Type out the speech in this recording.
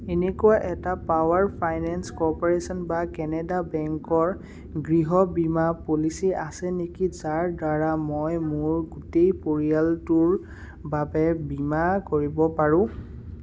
এনেকুৱা এটা power finance corporation বা কেনেডা বেংকৰ গৃহ বীমা পলিচী আছে নেকি যাৰ দ্বাৰা মই মোৰ গোটেই পৰিয়ালটোৰ বাবে বীমা কৰিব পাৰোঁ